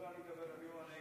לא, אני אדבר ביום הנגב.